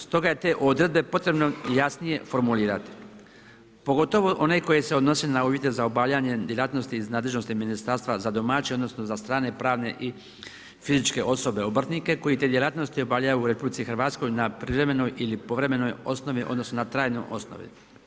Stoga te odredbe je potrebno jasnije formulirati pogotovo one koje se odnose na odjel za obavljanje djelatnosti iz nadležnosti ministarstva za domaće odnosno za strane pravne i fizičke osobe obrtnike koji te djelatnosti obavljaju u RH na privremenoj ili povremenoj osnovi odnosno na trajnoj osnovi.